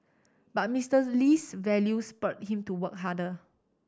but Mister Lee's values spurred him to work harder